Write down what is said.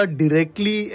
directly